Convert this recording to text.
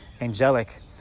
angelic